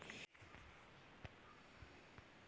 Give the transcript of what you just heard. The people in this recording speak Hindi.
हम पैसे भेजने के लिए दूसरे व्यक्ति को कैसे जोड़ सकते हैं?